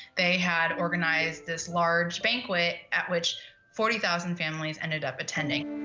they had organized this large banquet, at which forty thousand families ended up attending.